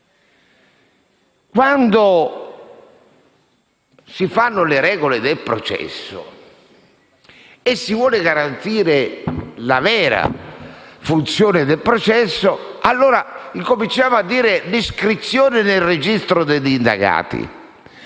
Quando si stabiliscono le regole del processo, se si vuole garantire la vera funzione del processo, allora incominciamo col dire che l'iscrizione nel registro degli indagati